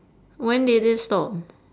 when did it stop